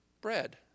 bread